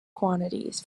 quantities